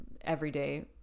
everyday